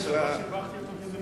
שיבחתי אותו,